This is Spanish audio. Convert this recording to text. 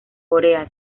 corea